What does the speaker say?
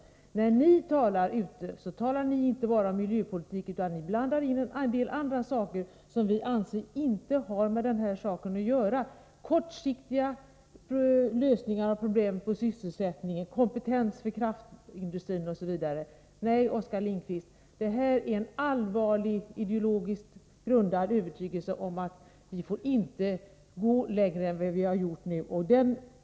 Men när ni talar ute, så talar ni inte bara om miljöpolitik utan blandar in en del andra saker som vi anser inte har med saken att göra — kortsiktiga lösningar på sysselsättningsproblem, kompetens för kraftindustrin, osv. Nej, Oskar Lindkvist! Vi har en allvarlig, ideologiskt grundad övertygelse om att man inte får gå längre än man nu har gjort.